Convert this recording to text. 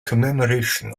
commemoration